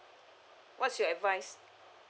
what's your advice